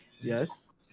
Yes